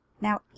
Now